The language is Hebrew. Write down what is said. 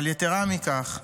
אבל יתרה מכך,